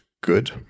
good